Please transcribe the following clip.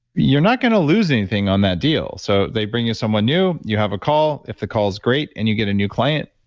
you're not going to lose anything on that deal. so, they bring you someone new. you have a call. if the call is great and you get a new client,